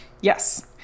Yes